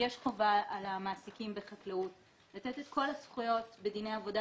יש חובה על המעסיקים בחקלאות לתת את כל הזכויות בדיני עבודה,